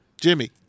Jimmy